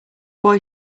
boy